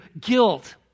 guilt